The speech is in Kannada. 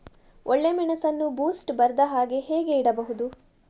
ಒಳ್ಳೆಮೆಣಸನ್ನು ಬೂಸ್ಟ್ ಬರ್ದಹಾಗೆ ಹೇಗೆ ಇಡಬಹುದು?